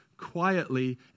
quietly